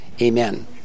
Amen